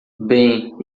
bem